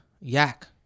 yak